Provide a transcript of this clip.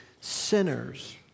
sinners